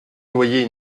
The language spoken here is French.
voyais